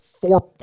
four